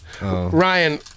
Ryan